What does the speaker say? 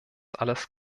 alles